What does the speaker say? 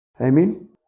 Amen